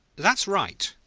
that's right!